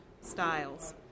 styles